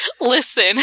listen